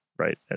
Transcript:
right